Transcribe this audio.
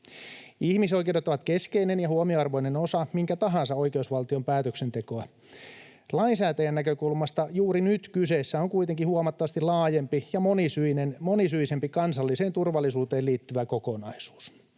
Ihmisoikeudet ovat keskeinen ja huomionarvoinen osa minkä tahansa oikeusvaltion päätöksentekoa. Lainsäätäjän näkökulmasta juuri nyt kyseessä on kuitenkin huomattavasti laajempi ja monisyisempi kansalliseen turvallisuuteen liittyvä kokonaisuus.